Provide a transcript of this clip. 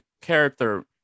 character